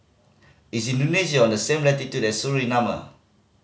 is Indonesia on the same latitude as